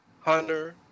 Hunter